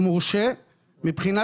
שיפצנו,